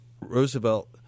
Roosevelt